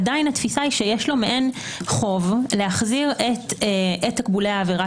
עדיין התפיסה היא שיש לו מעין חוב להחזיר את תקבולי העבירה